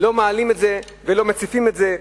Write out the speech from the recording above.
מעלים את זה ולא מציפים את זה.